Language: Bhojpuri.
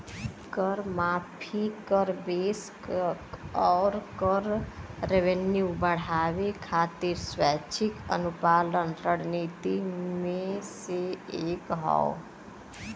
कर माफी, कर बेस आउर कर रेवेन्यू बढ़ावे खातिर स्वैच्छिक अनुपालन रणनीति में से एक हौ